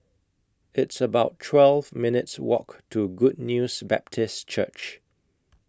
It's about twelve minutes' Walk to Good News Baptist Church